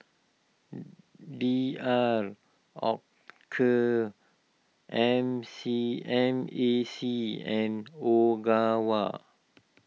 D R Oetker M C M A C and Ogawa